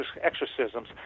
exorcisms